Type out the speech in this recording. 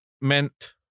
meant